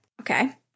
Okay